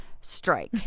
Strike